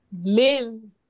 Men